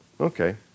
Okay